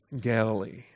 Galilee